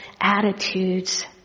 attitudes